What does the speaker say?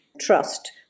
Trust